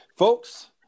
Folks